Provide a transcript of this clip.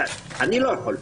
אני לא יכול,